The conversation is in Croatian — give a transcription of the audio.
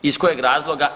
Iz kojeg razloga?